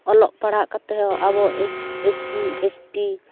ᱚᱞᱚᱜ ᱯᱟᱲᱦᱟᱜ ᱠᱟᱛᱮᱦᱚᱸ ᱟᱵᱚ ᱮᱥ ᱥᱤ ᱮᱥᱴᱤ